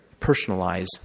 personalize